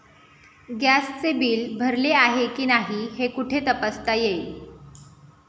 गॅसचे बिल भरले आहे की नाही हे कुठे तपासता येईल?